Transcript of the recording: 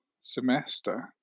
semester